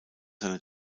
seine